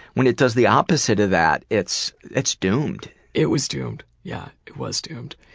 when it does the opposite of that, it's it's doomed. it was doomed. yeah. it was doomed.